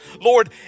Lord